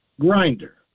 grinder